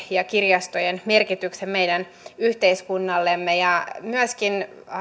ja kirjastojen merkityksen meidän yhteiskunnallemme ja myöskin